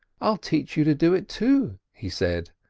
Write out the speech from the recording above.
i'll teach you to do it, too, he said.